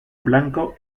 blanco